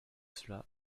cela